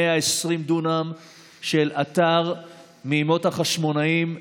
120 דונם של אתר מימות החשמונאים.